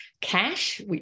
Cash